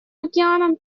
океаном